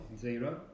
zero